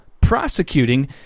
prosecuting